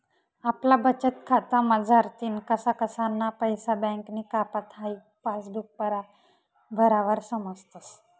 आपला बचतखाता मझारतीन कसा कसाना पैसा बँकनी कापात हाई पासबुक भरावर समजस